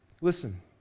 listen